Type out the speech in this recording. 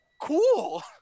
cool